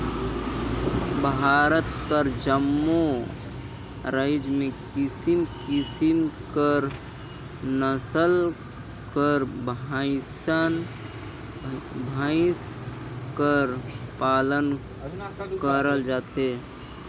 भारत कर जम्मो राएज में किसिम किसिम कर नसल कर भंइसा भंइस कर पालन करल जाथे